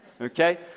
Okay